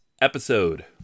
episode